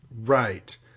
Right